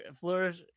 flourish